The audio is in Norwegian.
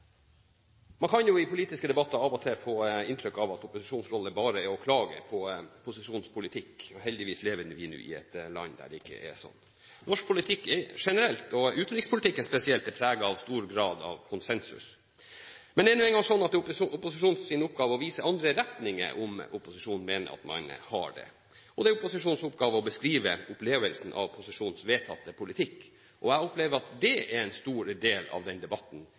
Man kan jo i politiske debatter av og til få inntrykk av at opposisjonsrollen bare er å klage på posisjonens politikk. Heldigvis lever vi nå i et land hvor det ikke er slik. Norsk politikk generelt – og utenrikspolitikken spesielt – er preget av stor grad av konsensus. Men det er nå engang slik at det er opposisjonens oppgave å vise andre retninger, om opposisjonen mener at man har det, og det er opposisjonens oppgave å beskrive opplevelsen av posisjonens vedtatte politikk. Jeg opplever at det er en stor del av den debatten